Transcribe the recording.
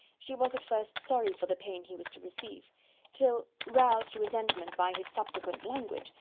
she was at first sorry for the pain he was to receive till, roused to resentment by his subsequent language,